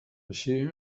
així